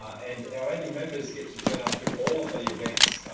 and our new members get to turn up to all of the events,